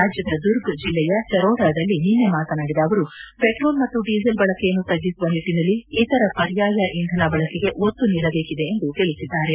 ರಾಜ್ಡದ ದುರ್ಗ್ ಜಿಲ್ಲೆಯ ಚರೋಡಾದಲ್ಲಿ ನಿನ್ನೆ ಮಾತನಾಡಿದ ಅವರು ಪೆಟ್ರೋಲ್ ಮತ್ತು ಡೀಸೆಲ್ ಬಳಕೆಯನ್ನು ತ್ಗಿಸುವ ನಿಟ್ಟನಲ್ಲಿ ಇತರ ಪರ್ಯಾಯ ಇಂಧನ ಬಳಕೆಗೆ ಒತ್ತು ನೀಡಬೇಕಿದೆ ಎಂದು ತಿಳಿಸಿದ್ದಾರೆ